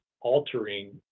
altering